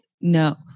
no